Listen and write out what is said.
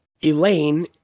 Elaine